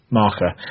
marker